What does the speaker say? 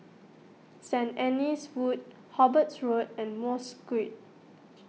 Saint Anne's Wood Hobarts Road and Mosque